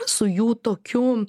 su jų tokiu